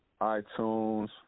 iTunes